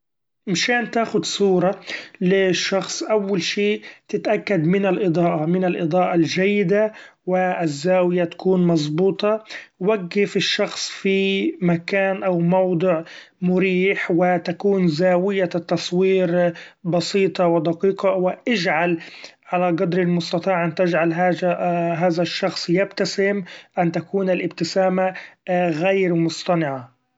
مشان تاخد صورة لشخص أول شي تتأكد من الإضاءة من الإضاءة الجيدة و الزاوية تكون مزبوطه ، وقف الشخص في مكان أو موضع مريح و تكون زاوية التصوير بسيطة و دقيقة و اجعل علي قدر المستطاع أن تجعل هذا الشخص يبتسم ، أن تكون الإبتسامة غير مصطنعة.